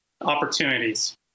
opportunities